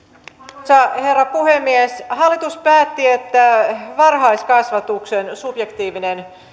arvoisa herra puhemies hallitus päätti että varhaiskasvatuksen subjektiivinen